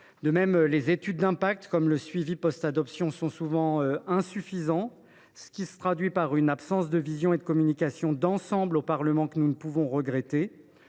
assemblée. Les études d’impact, comme le suivi adoption, sont généralement insuffisantes, ce qui se traduit par une absence de vision et de communication d’ensemble au Parlement, que nous ne pouvons que regretter.